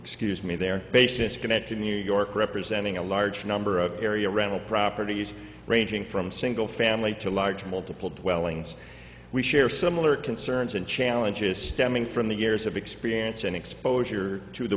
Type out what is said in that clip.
excuse me their patients can enter new york representing a large number of area rental properties ranging from single family to large multiple dwellings we share similar concerns and challenges stemming from the years of experience and exposure to the